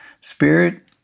spirit